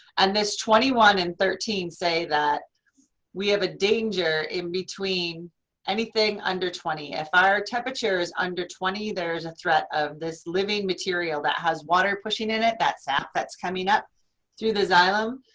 and this twenty one and thirteen say that we have a danger in between anything under twenty. if our temperatures under twenty there's a threat of this living material that has water pushing in it, that sap that's coming up through the xylem,